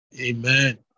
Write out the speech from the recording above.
Amen